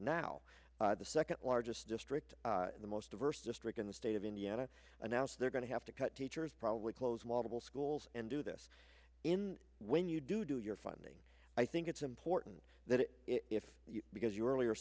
now the second largest district the most diverse district in the state of indiana announced they're going to have to cut teachers probably close model schools and do this in when you do do your funding i think it's important that if because you earlier